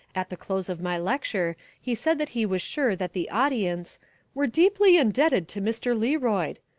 at the close of my lecture he said that he was sure that the audience were deeply indebted to mr. learoyd,